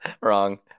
Wrong